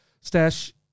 Stash